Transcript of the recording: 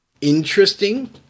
interesting